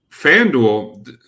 FanDuel